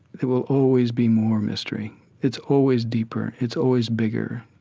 there will always be more mystery it's always deeper, it's always bigger,